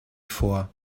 vor